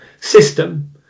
system